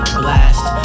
blast